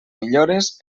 millores